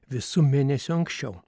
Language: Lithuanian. visu mėnesiu anksčiau